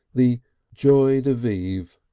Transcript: the joy de vive.